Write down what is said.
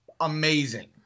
amazing